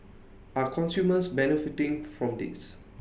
are consumers benefiting from this